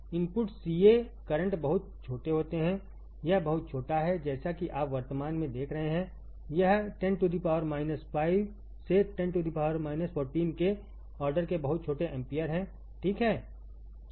input सीए current बहुत छोटे होते हैं यह बहुत छोटा है जैसा कि आप वर्तमान में देख रहे हैं यह 10 6से 10 14के ऑर्डर के बहुत छोटे एम्पीयर है ठीक है